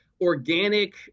organic